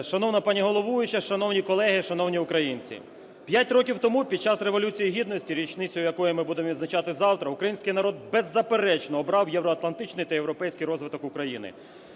Шановна пані головуюча, шановні колеги, шановні українці! П'ять років тому під час Революції Гідності, річницю якої ми будемо відзначати завтра, український народ беззаперечно обрав євроатлантичний та європейський розвиток України.